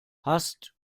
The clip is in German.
hast